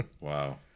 Wow